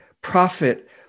profit